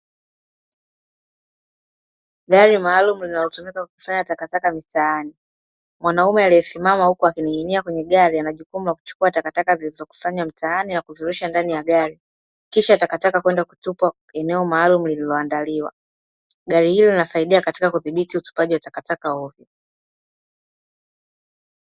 Gari maalumu linalotumika kukusanya takataka mitaani, mwanaume aliyesimama huku akining'inia kwenye gari ana jukumu la kuchukua takataka zilizokusanywa mtaani na kuzirusha ndani ya gari. Kisha takataka kwenda kutupwa katika eneo maalumu lililoandaliwa. Gari hili linasaidia katika kudhibiti utupaji takataka hovyo.